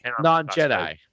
Non-Jedi